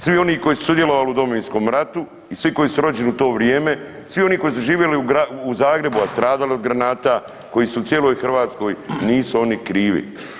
Svi oni koji su sudjelovali u Domovinskom ratu i svi koji su rođeni u to vrijeme, svi oni koji su živjeli u Zagrebu, a stradali od granata, koji su u cijeloj Hrvatskoj, nisu oni krivi.